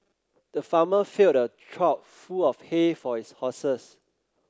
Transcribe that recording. the farmer filled a trough full of hay for his horses